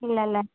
ഇല്ല അല്ലേ